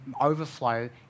overflow